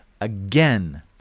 again